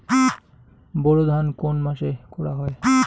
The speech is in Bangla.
বোরো ধান কোন মাসে করা হয়?